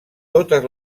totes